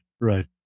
Right